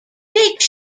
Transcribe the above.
jake